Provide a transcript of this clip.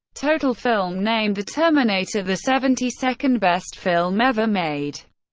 total film named the terminator the seventy second best film ever made.